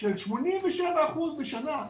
של 87% בשנה,